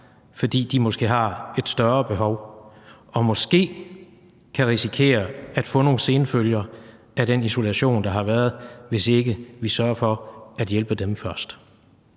fordi de måske har et større behov og måske kan risikere at få nogle senfølger af den isolation, der har været, hvis ikke vi sørger for at hjælpe dem først.